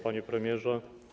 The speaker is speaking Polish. Panie Premierze!